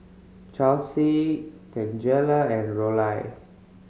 Charlsie Tangela and Rollie